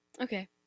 Okay